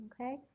Okay